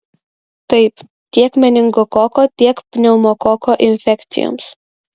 taip tiek meningokoko tiek pneumokoko infekcijoms